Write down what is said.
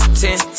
ten